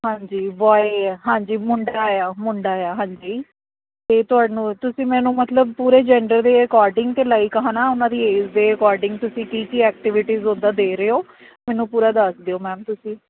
ਹਾਂਜੀ ਬੋਆਏ ਹੈ ਹਾਂਜੀ ਮੁੰਡਾ ਆ ਮੁੰਡਾ ਆ ਹਾਂਜੀ ਅਤੇ ਤੁਹਾਨੂੰ ਤੁਸੀਂ ਮੈਨੂੰ ਮਤਲਬ ਪੂਰੇ ਜੈਂਡਰ ਦੇ ਅਕੋਰਡਿੰਗ ਤਾਂ ਲਾਈਕ ਹੈ ਨਾ ਉਹਨਾਂ ਦੀ ਏਜ ਦੇ ਅਕੋਰਡਿੰਗ ਤੁਸੀਂ ਕੀ ਕੀ ਐਕਟੀਵਿਟੀਜ਼ ਉਦਾਂ ਦੇ ਰਹੋ ਹੋ ਮੈਨੂੰ ਪੂਰਾ ਦੱਸ ਦਿਓ ਮੈਮ ਤੁਸੀਂ